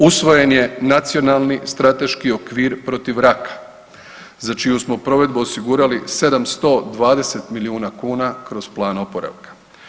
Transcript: Usvojen je Nacionalni strateški okvir protiv raka, za čiju smo provedbu osigurali 720 milijuna kuna kroz Plan oporavka.